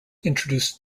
introduced